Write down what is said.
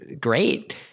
great